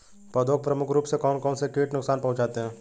पौधों को प्रमुख रूप से कौन कौन से कीट नुकसान पहुंचाते हैं?